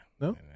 no